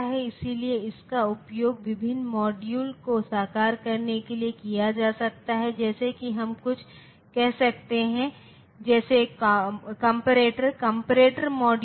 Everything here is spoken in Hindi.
सीएमओएस में यह लागत पर विचार किया गया है जो कुछ भी जो 03 से अधिक है जिसे VDD माना जाता है